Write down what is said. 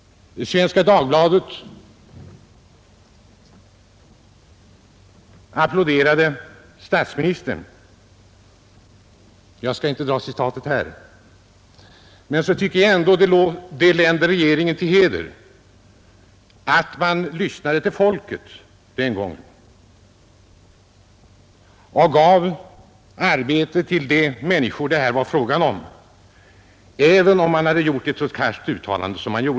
Svenska Dagbladet applåderade som sagt statsministern — jag skall emellertid inte föredra citatet här. Jag tycker ändå att det länder regeringen till heder att den lyssnat till folket den här gången och ger arbeten till de människor det är fråga om, även om man tidigare gjort ett sådant karskt uttalande.